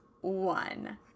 one